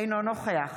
אינו נוכח